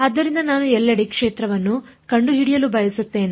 ಆದ್ದರಿಂದ ನಾನು ಎಲ್ಲೆಡೆ ಕ್ಷೇತ್ರವನ್ನು ಕಂಡುಹಿಡಿಯಲು ಬಯಸುತ್ತೇನೆ